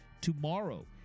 tomorrow